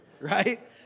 Right